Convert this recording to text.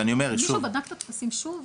מישהו בדק את הטפסים שוב?